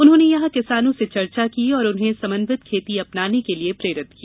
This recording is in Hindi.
उन्होने यहां किसानों से चर्चा की और उन्हें समन्वित खेती अपनाने के लिये प्रेरित किया